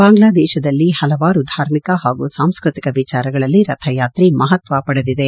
ಬಾಂಗ್ಲಾದೇಶದಲ್ಲಿ ಹಲವಾರು ಧಾರ್ಮಿಕ ಹಾಗೂ ಸಾಂಸ್ಕೃತಿಕ ವಿಚಾರಗಳಲ್ಲಿ ರಥಯಾತ್ರೆ ಮಹತ್ತ ಪಡೆದಿದೆ